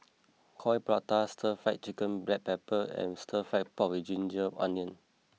Coin Prata Stir Fried Chicken Black Pepper and Stir Fry Pork with Ginger Onions